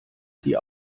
die